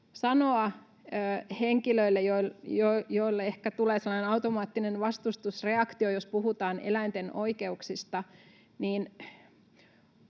sanoa henkilöille, joille ehkä tulee sellainen automaattinen vastustusreaktio, jos puhutaan eläinten oikeuksista,